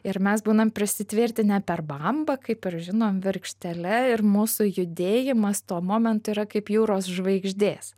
ir mes būnam prisitvirtinę per bambą kaip ir žinom virkštele ir mūsų judėjimas tuo momentu yra kaip jūros žvaigždės